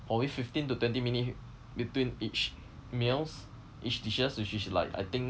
probably fifteen to twenty minutes between each meals each dishes which is like I think